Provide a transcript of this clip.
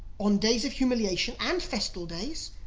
on days of humiliation and festal days.